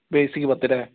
basic പത്ത് അല്ലേ